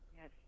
Yes